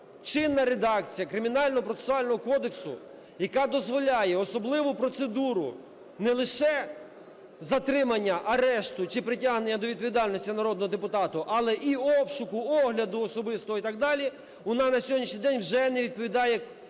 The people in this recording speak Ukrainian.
чинна редакція Кримінального процесуального кодексу, яка дозволяє особливу процедуру не лише затримання, арешту чи притягнення до відповідальності народного депутата, але і обшуку, огляду особистого і так далі, вона на сьогоднішній день вже не відповідає чинній